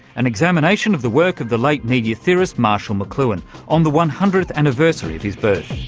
an examination of the work of the late media theorist marshall mcluhan on the one hundredth anniversary of his birth.